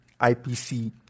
IPC